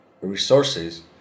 resources